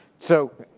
so